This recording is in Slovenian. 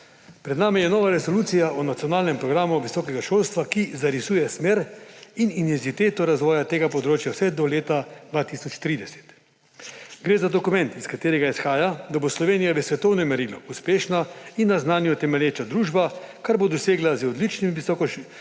Pred nami je nova resolucija o Nacionalnem programu visokega šolstva, ki zarisuje smer in intenziteto razvoja tega področja vse do leta 2030. Gre za dokument, iz katerega izhaja, da bo Slovenija v svetovnem merilu uspešna in na znanju temelječa družba, kar bo dosegla z odličnim visokim